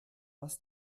was